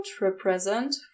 represent